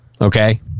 Okay